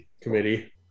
committee